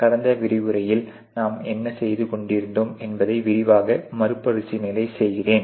கடந்த விரிவுரையில் நாம் என்ன செய்துகொண்டு இருத்தோம் என்பதை விரிவாக மறுபிரிசீலனை செய்கிறேன்